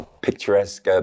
picturesque